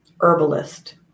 herbalist